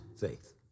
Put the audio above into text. faith